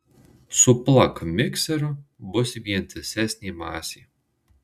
suplak mikseriu bus vientisesnė masė